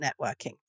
networking